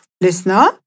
Listener